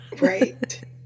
Right